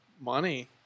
money